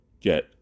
get